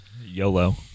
YOLO